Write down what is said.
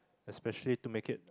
especially to make it